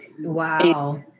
Wow